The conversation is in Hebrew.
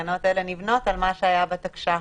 התקנות האלה נבנות על מה שהיה בתקש"חים.